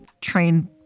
train